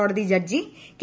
കോടതി judge K